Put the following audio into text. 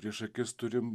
prieš akis turim